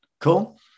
Cool